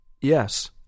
Yes